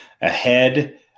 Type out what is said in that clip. ahead